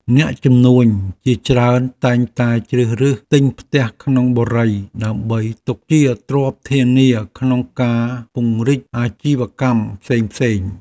អ្នកជំនួញជាច្រើនតែងតែជ្រើសរើសទិញផ្ទះក្នុងបុរីដើម្បីទុកជាទ្រព្យធានាក្នុងការពង្រីកអាជីវកម្មផ្សេងៗ។